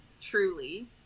truly